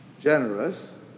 generous